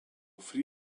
free